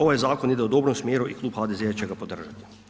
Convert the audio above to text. Ovaj zakon ide u dobrom smjeru i Klub HDZ-a će ga podržati.